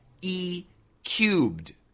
E-cubed